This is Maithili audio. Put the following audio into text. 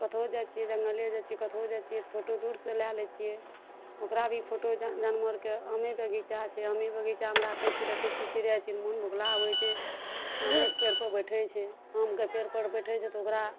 कतौ जाइ छियै जङ्गले जाइ छियै कतौ जाइ छियै तऽ फोटो दूर सऽ लए लै छियै ओकरा भी फोटो जान जानवर के आमे बगीचा छै आमे बगीचामे राखै छियै देखै छियै चिड़ै चुड़मुन बोगला आबै छै आमेके पेड़ पर बैठै छै आमके पेड़ पर बैठै छै तऽ ओकरा